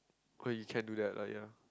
what you can do that lah ya